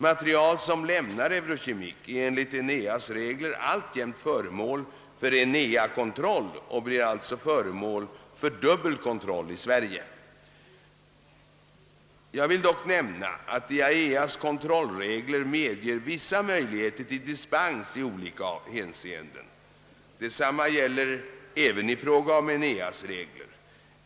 Material, som lämnar Eurochemic, är enligt ENEA:s regler alltjämt föremål för ENEA-kontroll och blir alltså föremål för dubbelkontroll i Sverige. Jag vill dock nämna att IAEA:s kontrollregler medger vissa möjligheter till dispens i olika hänseenden. Detsamma gäller även i fråga om ENEA:s regler.